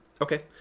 Okay